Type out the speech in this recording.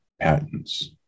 patents